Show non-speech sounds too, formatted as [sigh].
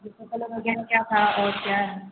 [unintelligible] क्या था और क्या हैं